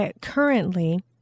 currently